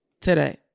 today